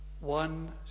One